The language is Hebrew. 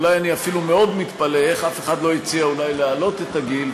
אולי אני אפילו מאוד מתפלא איך אף אחד לא הציע אולי להעלות את הגיל,